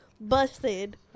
busted